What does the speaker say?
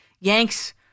Yanks